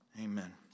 amen